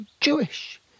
Jewish